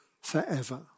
forever